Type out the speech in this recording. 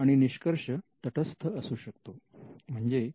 आणि निष्कर्ष तटस्थ असू शकतो